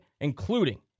including